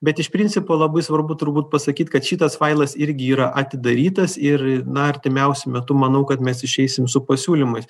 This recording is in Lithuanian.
bet iš principo labai svarbu turbūt pasakyt kad šitas failas irgi yra atidarytas ir na artimiausiu metu manau kad mes išeisim su pasiūlymais